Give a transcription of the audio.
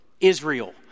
Israel